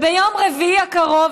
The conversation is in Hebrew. ביום רביעי הקרוב,